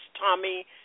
Tommy